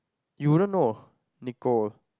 you wouldn't know Nicole